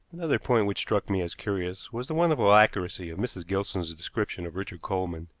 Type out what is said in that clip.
another point which struck me as curious was the wonderful accuracy of mrs. gilson's description of richard coleman.